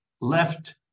left